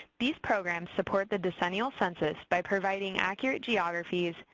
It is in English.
these programs support the decennial census by providing accurate geographies,